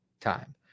time